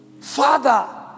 father